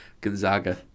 Gonzaga